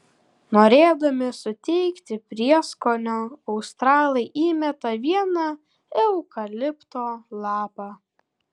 norėdami suteikti prieskonio australai įmeta vieną eukalipto lapą